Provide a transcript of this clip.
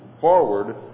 forward